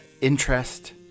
interest